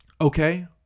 Okay